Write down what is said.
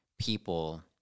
people